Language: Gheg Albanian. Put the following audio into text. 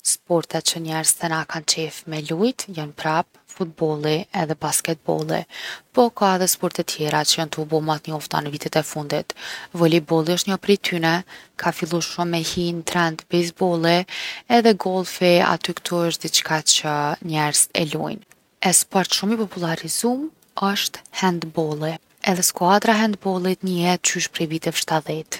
Sportet që njerzt te na kan qef me lujt jon prap futbolli edhe basketbolli, po ka edhe sporte tjera që jon tu u bo ma t’njoftuna n’vite t’fundit. Vollejbolli osht njo prej tyne. Ka fillu shumë me hi n’trend bejzbolli edhe gollfi aty ktu osht diçka që njerzt e lujn. E sport shumë i popullarizum osht hendbolli. Edhe skuadra e hendbollit njihet qysh prej viteve 70.